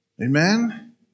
Amen